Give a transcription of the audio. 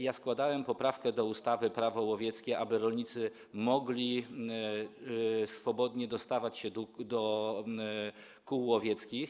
Ja składałem poprawkę do ustawy Prawo łowieckie, aby rolnicy mogli swobodnie dostawać się do kół łowieckich.